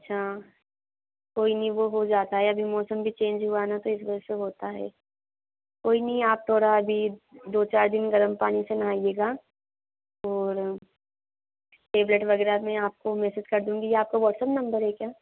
अच्छा कोई नहीं वो हो जाता है अभी मौसम भी चेंज हुआ ना तो इस वजह से होता है कोई नहीं आप थोड़ा अभी दो चार दिन गर्म पानी से नहाइएगा और टेबलेट वग़ैरह मैं आपको मेसेज कर दूँगी आपका वाट्सअप नंबर है क्या